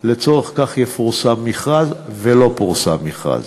לצורך זה יפורסם מכרז, ולא פורסם מכרז.